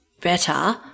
better